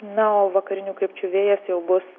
na o vakarinių krypčių vėjas jau bus